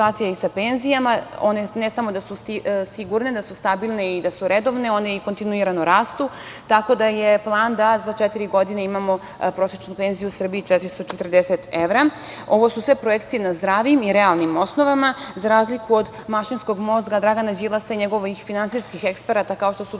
i sa penzijama. One ne samo da su sigurne, da su stabilne i da su redovne, one i kontinuirano rastu, tako da je plan da za četiri godine imamo prosečnu penziju u Srbiji 440 evra. Ovo su sve projekcije na zdravim i realnim osnovama, za razliku od mašinskog mozga Dragana Đilasa i njegovih finansijskih eksperata, kao što su